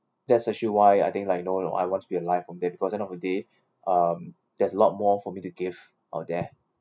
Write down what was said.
that's actually why I think like you know I want to be alive from there because end of the day um there's a lot more for me to give uh there